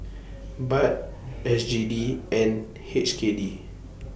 Baht S G D and H K D